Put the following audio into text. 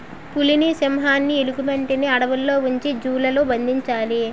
పులిని సింహాన్ని ఎలుగుబంటిని అడవుల్లో ఉంచి జూ లలో బంధించాలి